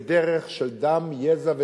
בדרך של דם, יזע ודמעות.